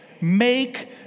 make